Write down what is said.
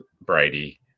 Brady